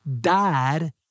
died